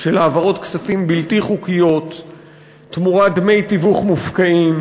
של העברות כספים בלתי חוקיות תמורת דמי תיווך מופקעים,